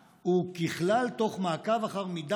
ולעיתים אף בניסוחן,